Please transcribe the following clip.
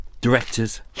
Directors